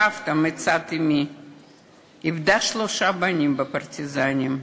סבתא מצד אמי איבדה שלושה בנים בשורות הפרטיזנים.